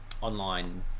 online